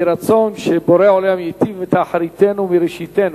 יהי רצון שבורא עולם ייטיב את אחריתנו וראשיתנו.